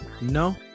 no